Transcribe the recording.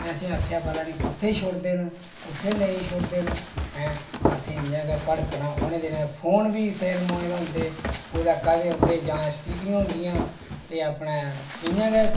असें आखेआ पता नेईं कुत्थै छोड़दे न उत्थै नेईं छोड़दे न असें इयां गै भड़कना उस लै फोन मोऐ दा सिर होंदे कुदे कदें होंदे जा एस टी डी होंदियां हियां अपने